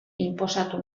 inposatu